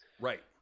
Right